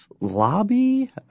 lobby